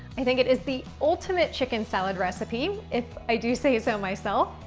i think it is the ultimate chicken salad recipe, if i do say so myself,